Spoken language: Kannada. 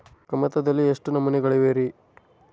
ಕಮತದಲ್ಲಿ ಎಷ್ಟು ನಮೂನೆಗಳಿವೆ ರಿ?